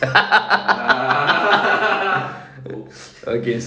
okay so